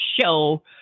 show